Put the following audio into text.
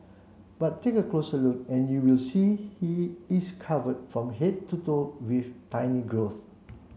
but take a closer look and you will see he is covered from head to toe with tiny growths